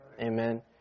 Amen